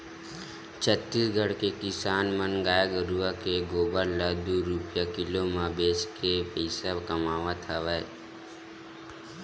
छत्तीसगढ़ के किसान मन गाय गरूवय के गोबर ल दू रूपिया किलो म बेचके बने पइसा कमावत हवय